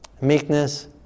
meekness